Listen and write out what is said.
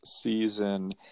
season